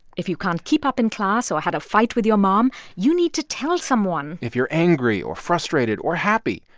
if you can't keep up in class or had a fight with your mom, you need to tell someone if you're angry, or frustrated or happy,